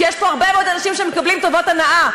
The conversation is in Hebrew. כי יש פה הרבה מאוד אנשים שמקבלים טובות הנאה,